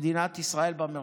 מדינת ישראל במרחב.